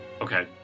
Okay